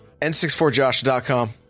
N64josh.com